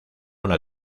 una